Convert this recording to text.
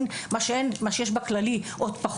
אפילו פחות ממה שיש בכללי.